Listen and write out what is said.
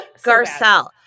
Garcelle